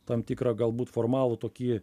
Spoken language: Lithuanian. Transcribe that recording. tam tikrą galbūt formalų tokį